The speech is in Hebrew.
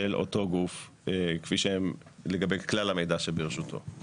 אותו גוף כמו לגבי כלל המידע שברשותו.